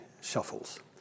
shuffles